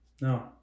no